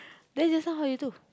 then just now how you do